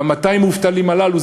ב-200 המובטלים הללו,